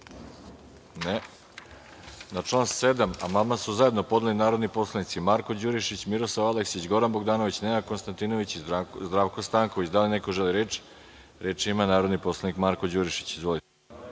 (Ne)Na član 7. amandman su zajedno podneli narodni poslanici Marko Đurišić, Miroslav Aleksić, Goran Bogdanović, Nenad Konstantinović i Zdravko Stanković. Da li neko želi reč? Reč ima narodni poslanik Marko Đurišić. Izvolite.